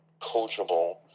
coachable